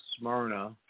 Smyrna